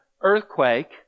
earthquake